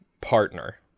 partner